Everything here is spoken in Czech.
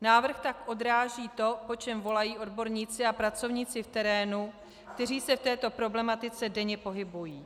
Návrh tak odráží to, po čem volají odborníci a pracovníci v terénu, kteří se v této problematice denně pohybují.